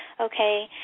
okay